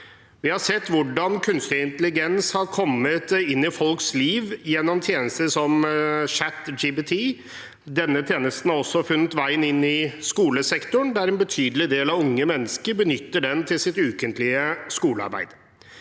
Vi har sett hvordan kunstig intelligens har kommet inn i folks liv gjennom tjenester som ChatGPT. Denne tjenesten har også funnet veien inn i skolesektoren, der en betydelig del av unge mennesker benytter den til sitt ukentlige skolearbeid.